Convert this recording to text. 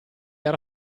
era